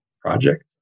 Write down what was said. project